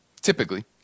typically